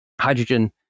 hydrogen